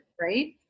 right